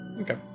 Okay